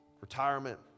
retirement